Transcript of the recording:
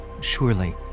Surely